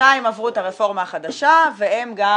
שניים עברו את הרפורמה החדשה והם גם